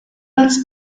als